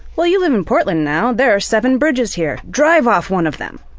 well, you live in portland now, there are seven bridges here. drive off one of them.